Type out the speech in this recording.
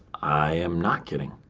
i am not kidding.